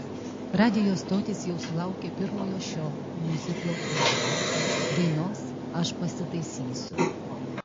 radijo stotys jau sulaukė pirmojo šio miuziklo kūrinio dainos aš pasitaisysiu